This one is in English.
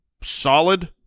solid